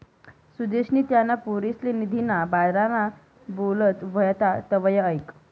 सुदेशनी त्याना पोरसले निधीना बारामा बोलत व्हतात तवंय ऐकं